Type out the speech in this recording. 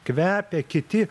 kvepia kiti